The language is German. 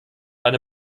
eine